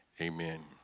amen